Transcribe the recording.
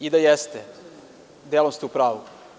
I da jeste, delom ste u pravu.